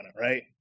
right